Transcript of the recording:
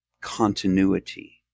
continuity